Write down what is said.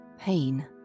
pain